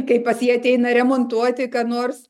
kai pas jį ateina remontuoti ką nors